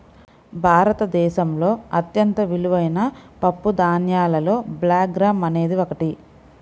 భారతదేశంలో అత్యంత విలువైన పప్పుధాన్యాలలో బ్లాక్ గ్రామ్ అనేది ఒకటి